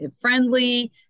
friendly